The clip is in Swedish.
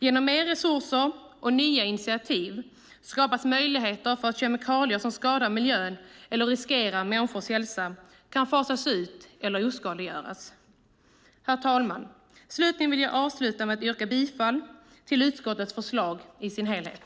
Genom mer resurser och nya initiativ skapas möjligheter för att kemikalier som skadar miljön eller riskerar människors hälsa kan fasas ut eller oskadliggöras. Herr talman! Slutligen vill jag yrka bifall till utskottets förslag till beslut i sin helhet.